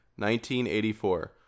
1984